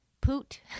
Poot